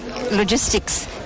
logistics